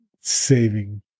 saving